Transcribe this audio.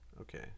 Okay